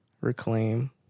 Reclaim